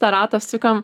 tą ratą sukam